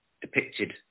depicted